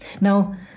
Now